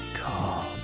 Call